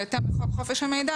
בהתאם לחוק חופש המידע,